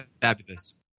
Fabulous